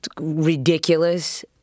ridiculous